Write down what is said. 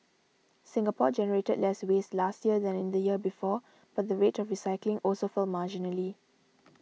Singapore generated less waste last year than in the year before but the rate of recycling also fell marginally